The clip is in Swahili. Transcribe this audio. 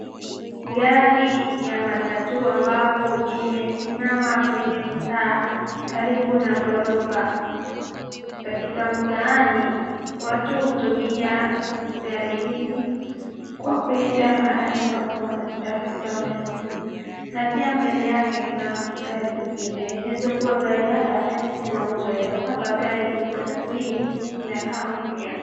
Gari ya matatu ambapo imesimama kwenye mtaa karibu na gorofa. Katika mtaani, watu hutumia gari hizi kwa kuenda mahali ambazo wanazitaka kisha wanaweza kulipa. Na pia mbele yake kuna gari zingine. Inaweza kuwa gari haya yanauzwa ya kwamba gari matatu hii inakaa mpya.